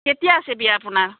কেতিয়া আছে বিয়া আপোনাৰ